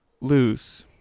loose